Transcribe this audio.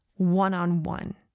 one-on-one